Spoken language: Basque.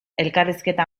elkarrizketa